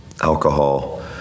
alcohol